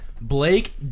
Blake